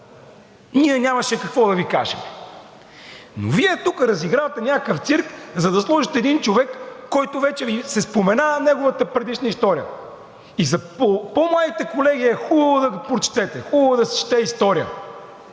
ние нямаше какво да Ви кажем. Вие тук разигравате някакъв цирк, за да сложите един човек, за когото вече се споменава неговата предишна история. За по-младите колеги. Хубаво е да прочетете, хубаво е да се чете история!